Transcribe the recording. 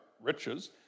riches